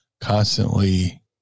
constantly